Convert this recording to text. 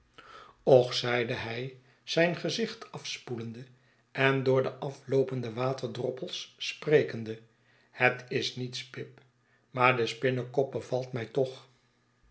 och zeide hij zijn gezicht afspoelende en door de afloopende waterdroppels sprekende het is niets pip maar de spinnekop bevalt mij toch